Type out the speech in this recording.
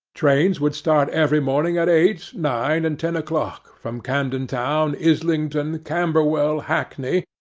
trains would start every morning at eight, nine, and ten o'clock, from camden town, islington, camberwell, hackney,